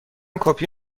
کپی